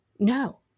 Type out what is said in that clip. no